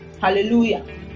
Hallelujah